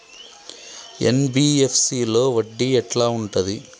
NBFC లో వడ్డీ ఎట్లా ఉంటది?